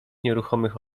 nieruchomych